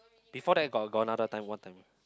before that got got another time one time